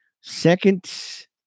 second